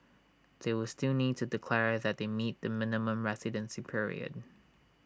they will still need to declare that they meet the minimum residency period